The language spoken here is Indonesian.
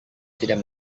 tidak